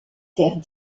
terres